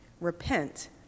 repent